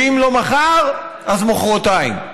ואם לא מחר אז מוחרתיים.